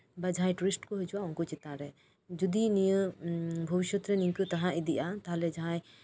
ᱵᱟ ᱡᱟᱦᱟᱸᱭ ᱴᱩᱨᱤᱥᱴ ᱠᱚ ᱦᱤᱡᱩᱜᱼᱟ ᱩᱱᱠᱩ ᱪᱮᱛᱟᱱ ᱨᱮ ᱡᱩᱫᱤ ᱱᱤᱭᱟᱹ ᱱᱤᱱᱠᱟᱹ ᱵᱷᱚᱵᱤᱥᱥᱚᱛ ᱨᱮ ᱛᱟᱦᱮᱸ ᱤᱫᱤᱜᱼᱟ ᱛᱟᱞᱦᱮ ᱡᱟᱦᱟᱸᱭ